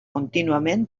contínuament